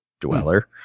Dweller